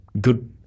Good